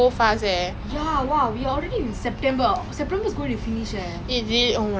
oh ya இந்த ஒரு மாசம்:intha oru maasam lah அந்த புரட்டாசி மாசம் நினைக்குறேன்:antha purattasi maasam nineikuren